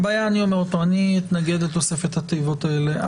אני אתנגד לתוספת התיבות האלה.